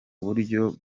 buryo